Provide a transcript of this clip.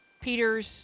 Peters